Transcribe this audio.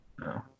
No